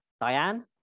Diane